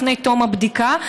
לפני תום הבדיקה.